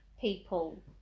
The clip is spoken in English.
People